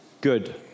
Good